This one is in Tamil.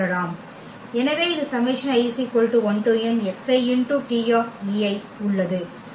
எனவே இது உள்ளது